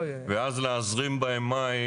ואז להזרים בהם מים